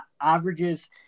averages